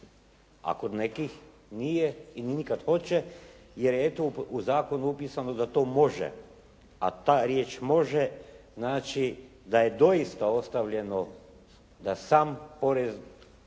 A kod nekih nije i nikad hoće, jer je eto u zakonu upisano da to može. A ta riječ može, znači da je dosta ostavljeno da sam poreznik,